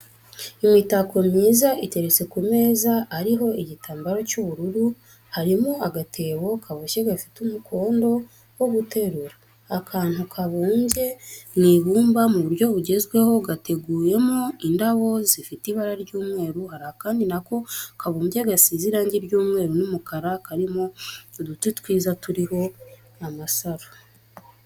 Imitako myiza iteretse ku meza ariho igitamabaro cy'ubururu, harimo agatebo kaboshye gafite umukondo wo guterura, akantu kabumye mu ibumba mu buryo bugezweho, gateguyemo indabo zifite ibara ry'umweru, hari akandi na ko kabumbye gasize irangi ry'umweru n'umukara karimo uduti twiza turiho amasaro.